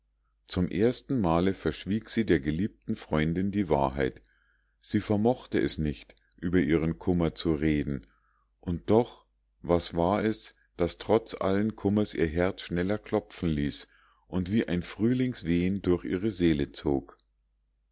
zum ersten male verschwieg sie der geliebten freundin die wahrheit sie vermochte es nicht über ihren kummer zu reden und doch was war es das trotz allen kummers ihr herz schneller klopfen ließ und wie ein frühlingswehen durch ihre seele zog